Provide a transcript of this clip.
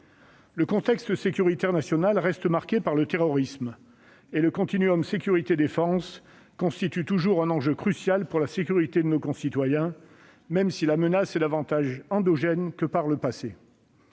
Le contexte sécuritaire national reste marqué par le terrorisme, et le continuum sécurité-défense constitue toujours un enjeu crucial pour la sécurité de nos concitoyens, quoique la menace soit plus endogène que par le passé.